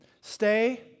Stay